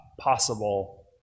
possible